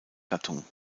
gattung